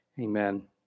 amen